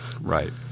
Right